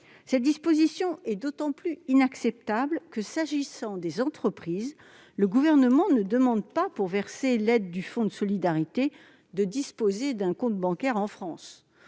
Cette disposition est d'autant plus inacceptable que, s'agissant des entreprises, le Gouvernement ne demande pas, pour verser l'aide du fonds de solidarité, de disposer d'un compte bancaire en France.